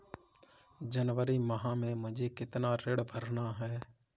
जनवरी माह में मुझे कितना ऋण भरना है?